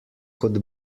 kot